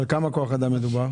על כמה כוח אדם מדובר?